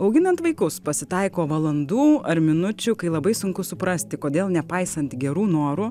auginant vaikus pasitaiko valandų ar minučių kai labai sunku suprasti kodėl nepaisant gerų norų